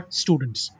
students